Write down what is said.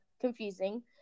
confusing